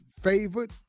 favored